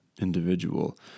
individual